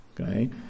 okay